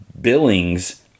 Billings